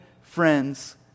friends